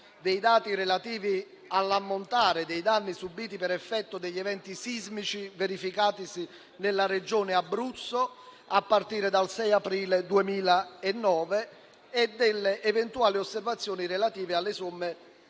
dei dati relativi all'ammontare dei danni subiti per effetto degli eventi sismici verificatisi nella regione Abruzzo a partire dal 6 aprile 2009 e delle eventuali osservazioni relative alle somme